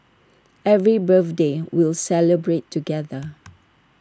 every birthday we'll celebrate together